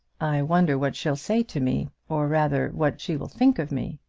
i wonder what she'll say to me or, rather, what she will think of me.